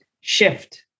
shift